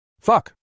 Fuck